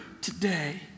today